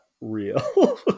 real